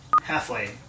Halfway